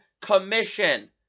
commission